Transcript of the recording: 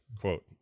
Quote